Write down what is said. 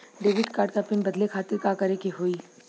Debit card क PIN बदले खातिर का करेके होई?